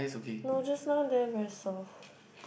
no just now they are very soft